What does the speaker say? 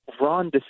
Ron